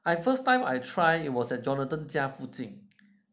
I first time I try it was at jonathan 家附近